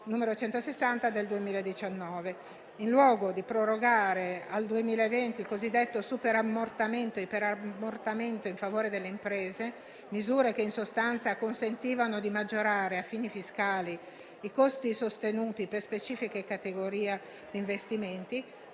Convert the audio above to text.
n. 160 del 2019) in luogo di prorogare al 2020 il cosiddetto superammortamento e iperammortamento in favore delle imprese - misure che in sostanza consentivano di maggiorare, a fini fiscali, i costi sostenuti per la specifica categoria di investimenti